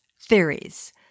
theories